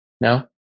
No